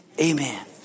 Amen